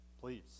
please